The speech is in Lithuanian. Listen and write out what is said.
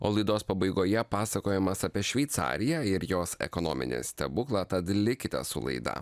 o laidos pabaigoje pasakojimas apie šveicariją ir jos ekonominį stebuklą tad likite su laida